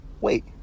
wait